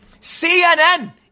CNN